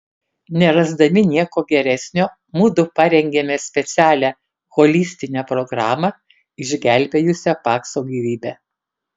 nerasdami nieko geresnio mudu parengėme specialią holistinę programą išgelbėjusią pakso gyvybę